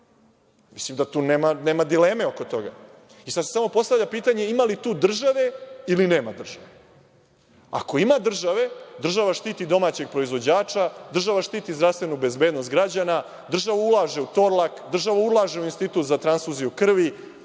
Mislim da nema dileme oko toga. Sada se samo postavlja pitanje – ima li tu države ili nema države? Ako ima države, država štiti domaćeg proizvođača, država štiti zdravstvenu bezbednost građana, država ulaže u „Torlak“, država ulaže u Institut za transfuziju krvi